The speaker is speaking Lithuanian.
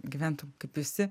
gyventum kaip visi